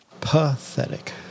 Pathetic